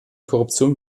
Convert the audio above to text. korruption